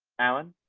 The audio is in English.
allen